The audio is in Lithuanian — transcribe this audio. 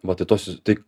va tai tos is tai